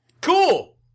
Cool